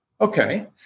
Okay